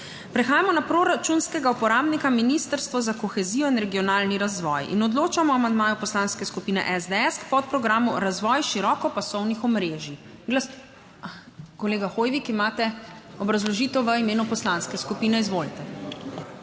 Prehajamo na proračunskega uporabnika Ministrstvo za kohezijo in regionalni razvoj. Odločamo o amandmaju Poslanske skupine SDS k podprogramu Razvoj širokopasovnih omrežij. Glas…, kolega Hoivik, imate obrazložitev v imenu poslanske skupine, izvolite.